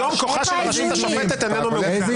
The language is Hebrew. היום כוחה של הרשות השופטת איננו מאוזן.